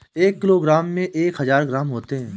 एक किलोग्राम में एक हजार ग्राम होते हैं